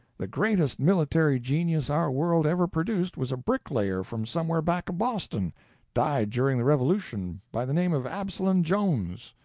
the greatest military genius our world ever produced was a brick-layer from somewhere back of boston died during the revolution by the name of absalom jones.